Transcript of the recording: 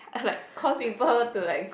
and like cause people to like